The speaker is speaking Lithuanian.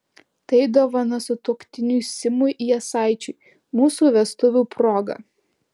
tai dovana sutuoktiniui simui jasaičiui mūsų vestuvių proga